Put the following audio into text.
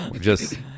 Just-